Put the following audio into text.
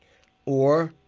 or,